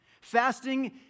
Fasting